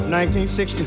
1960